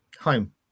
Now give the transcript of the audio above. home